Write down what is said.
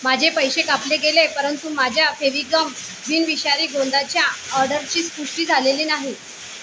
माझे पैसे कापले गेले परंतु माझ्या फेविगम बिनविषारी गोंदाच्या ऑर्डरची पुष्टी झालेली नाही